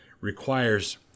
requires